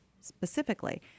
specifically